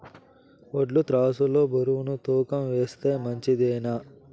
వడ్లు త్రాసు లో బరువును తూకం వేస్తే మంచిదేనా?